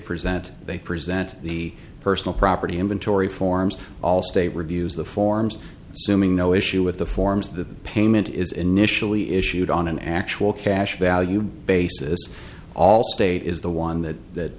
present they present the personal property inventory forms all state reviews the forms suman no issue with the forms the payment is initially issued on an actual cash value basis all state is the one that